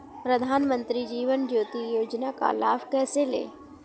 प्रधानमंत्री जीवन ज्योति योजना का लाभ कैसे लें?